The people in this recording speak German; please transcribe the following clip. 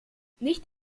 nicht